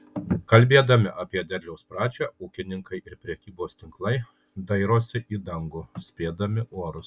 kalbėdami apie derliaus pradžią ūkininkai ir prekybos tinklai dairosi į dangų spėdami orus